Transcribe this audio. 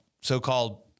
so-called